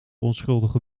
onschuldige